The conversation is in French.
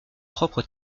propre